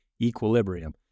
equilibrium